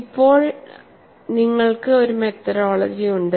ഇപ്പോൾ നിങ്ങൾക്ക് ഒരു മെത്തഡോളജി ഉണ്ട്